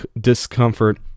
discomfort